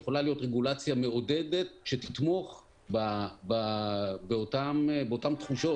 היא יכולה להיות רגולציה מעודדת שתתמוך באותן תחושות